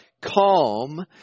calm